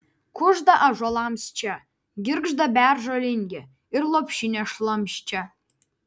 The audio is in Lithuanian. kužda ąžuolams čia girgžda beržo lingė ir lopšinė šlamščia